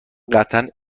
قطعا